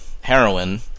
heroin